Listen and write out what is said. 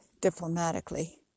diplomatically